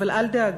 אבל אל דאגה,